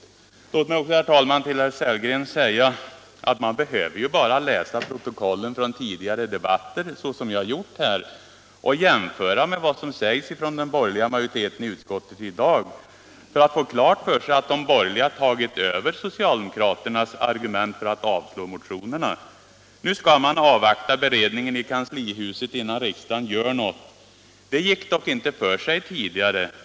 Onsdagen den Låt mig också, herr talman, till herr Sellgren säga att man bara behöver 8 december 1976 läsa protokollen från tidigare debatter, såsom jag har gjort, och jämföra med vad som sägs från den borgerliga majoriteten i utskottet i dag för — Upprustning och att få klart för sig att de borgerliga tagit över socialdemokraternas ar = utbyggnad av Göta gument för att avslå motionerna. Nu skall beredningen i kanslihuset — kanal avvaktas innan någonting görs. Det gick dock inte för sig tidigare.